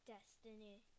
Destiny